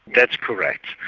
that's correct.